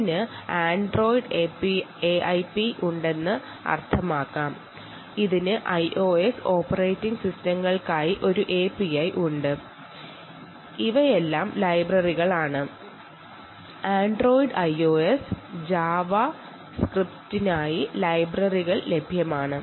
ഈ AlP ആൻഡ്രോയ്ഡിനും IOS സിനും മറ്റ് ഓപ്പറേറ്റിംഗ് സിസ്റ്റങ്ങൾക്കും ലഭ്യമാണ് ആൻഡ്രോയ്ഡ് ഓപ്പറേറ്റിംഗ് സിസ്റ്റങ്ങൾക്കും IOS സിസ്റ്റങ്ങൾക്കും ജാവ സ്ക്രിപ്റ്റുകൾക്കും ഇതിനായി ലൈബ്രറികൾ ലഭ്യമാണ്